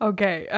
Okay